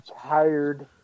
tired